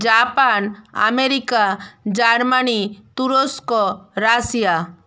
Japan America Germany তুরস্ক Russia